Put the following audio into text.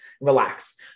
relax